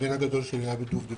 הבן הגדול שלי היה בדובדבן,